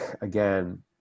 again